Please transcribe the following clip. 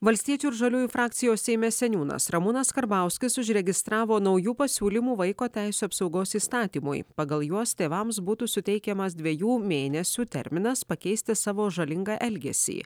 valstiečių ir žaliųjų frakcijos seime seniūnas ramūnas karbauskis užregistravo naujų pasiūlymų vaiko teisių apsaugos įstatymui pagal juos tėvams būtų suteikiamas dvejų mėnesių terminas pakeisti savo žalingą elgesį